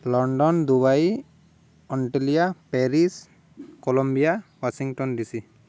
London Dubai ଅଣ୍ଟେଲିଆ Paris Colombia Washington D C